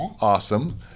Awesome